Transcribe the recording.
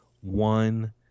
one